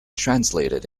translated